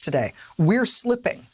today. we're slipping.